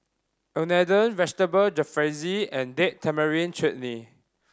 Unadon Vegetable Jalfrezi and Date Tamarind Chutney